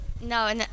No